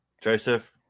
Joseph